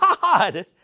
God